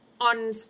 on